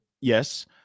Yes